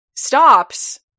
stops